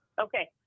Okay